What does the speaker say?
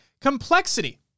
Complexity